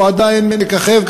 והוא עדיין מככב.